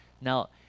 now